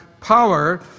power